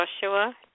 Joshua